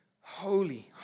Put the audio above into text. holy